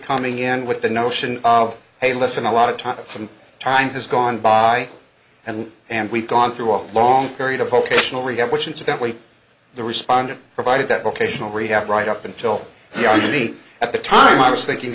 coming in with the notion of hey listen a lot of time some time has gone by and and we've gone through a long period of procreational rehab which incidentally the respondent provided that vocational rehab right up until the army at the time i was thinking